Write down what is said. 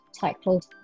titled